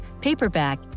paperback